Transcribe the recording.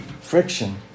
friction